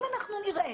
אם אנחנו נראה